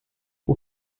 aux